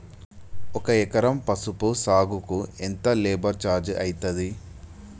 ఒక ఎకరం పసుపు సాగుకు ఎంత లేబర్ ఛార్జ్ అయితది?